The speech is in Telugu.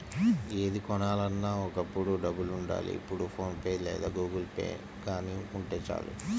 ఏది కొనాలన్నా ఒకప్పుడు డబ్బులుండాలి ఇప్పుడు ఫోన్ పే లేదా గుగుల్పే గానీ ఉంటే చాలు